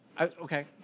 Okay